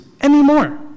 anymore